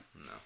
No